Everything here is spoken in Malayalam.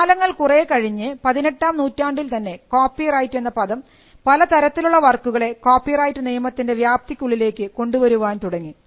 കാലങ്ങൾ കുറെ കഴിഞ്ഞ് പതിനെട്ടാം നൂറ്റാണ്ടിൽ തന്നെ കോപ്പിറൈറ്റ് എന്ന പദം പലതരത്തിലുള്ള വർക്കുകളെ കോപ്പിറൈറ്റ് നിയമത്തിൻറെ വ്യാപ്തിക്കുള്ളിലേക്ക് കൊണ്ടുവരാൻ തുടങ്ങി